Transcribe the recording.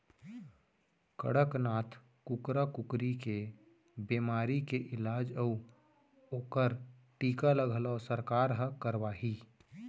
कड़कनाथ कुकरा कुकरी के बेमारी के इलाज अउ ओकर टीका ल घलौ सरकार हर करवाही